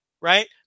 right